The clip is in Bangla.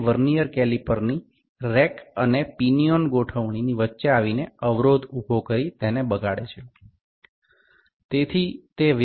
ভার্নিয়ার ক্যালিপারের র্যাক ও পিনিয়ন এর মধ্যে ছোট ধূলিকণা বা ক্ষুদ্র টুকরো জমাট বাঁধতে পারে বা চলে আসতে পারে তার কারণে একটি বাঁধার সৃষ্টি হতে পারে ও স্থানচ্যুতি ঘটে